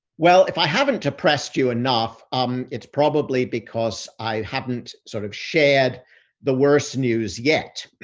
well, if i haven't oppressed you enough um it's probably because i haven't sort of shared the worst news yet.